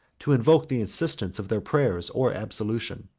to invoke the assistance of their prayers or absolution.